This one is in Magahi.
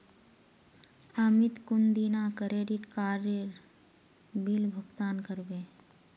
अमित कुंदिना क्रेडिट काडेर बिल भुगतान करबे